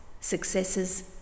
successes